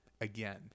again